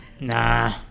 Nah